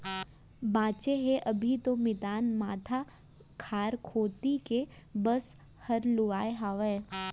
बांचे हे अभी तो मितान माथा खार कोती के बस हर लुवाय हावय